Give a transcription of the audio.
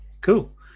cool